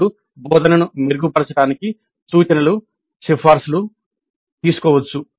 అప్పుడు బోధనను మెరుగుపరచడానికి సూచనలకు సిఫార్సులు తీసుకోవచ్చు